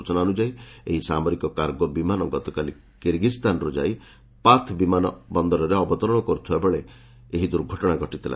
ସୂଚନା ଅନୁଯାୟୀ ଏହି ସାମରିକ କାର୍ଗୋ ବିମାନ ଗତକାଲି କିର୍ଗିଜ୍ସ୍ଥାନରୁ ଯାଇ ଫାଥ୍ ବିମାନ ବନ୍ଦରରେ ଅବତରଣ କରୁଥିବା ବେଳେ ଏହି ଦୁର୍ଘଟଣା ଘଟିଥିଲା